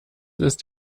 ist